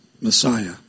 Messiah